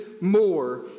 more